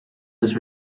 his